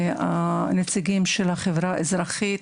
לנציגי החברה האזרחית,